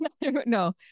no